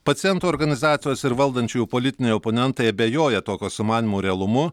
pacientų organizacijos ir valdančiųjų politiniai oponentai abejoja tokio sumanymo realumu